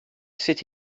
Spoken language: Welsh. sut